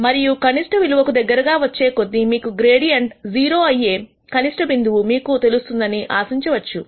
మరియు కనిష్ట విలువకు దగ్గరగా వచ్చే కొద్దీ మీకు గ్రేడియంట్ 0 అయ్యే కనిష్ట బిందువు మీకు తెలుస్తుందని అని ఆశించవచ్చు